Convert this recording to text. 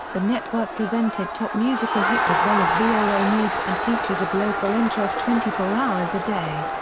the network presented top musical hits as well as voa news and features of local interest twenty four hours a day.